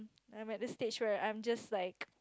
I'm at the stage where I'm just like